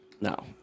No